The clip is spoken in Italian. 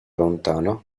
lontano